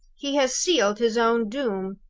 he has sealed his own doom.